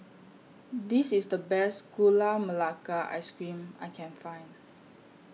This IS The Best Gula Melaka Ice Cream I Can Find